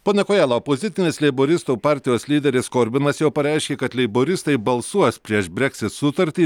pone kojala opozicinės leiboristų partijos lyderis korbinas jau pareiškė kad leiboristai balsuos prieš breksit sutartį